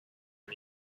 and